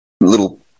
little